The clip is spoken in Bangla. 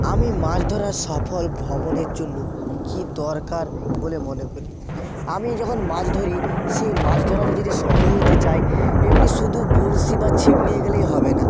আমি মাছ ধরার সফল ভ্রমণের জন্য কী দরকার বলে মনে করি আমি যখন মাছ ধরি সেই মাছ ধরাতে যদি সফল হতে চাই এমনি শুধু বঁড়শি বা ছিপ নিয়ে গেলেই হবে না